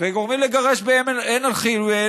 וגומרים לגרש בעין אל-חילווה,